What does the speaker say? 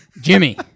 Jimmy